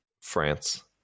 France